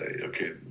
Okay